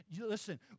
Listen